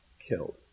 killed